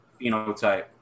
phenotype